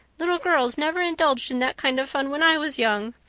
little girls never indulged in that kind of fun when i was young.